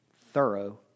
thorough